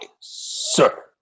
sir